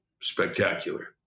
spectacular